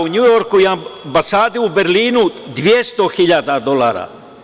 U Njujorku i ambasade u Berlinu 200.000 dolara.